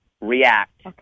react